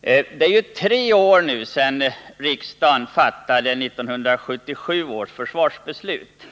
Det har nu gått tre år sedan riksdagen fattade 1977 års försvarsbeslut.